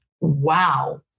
wow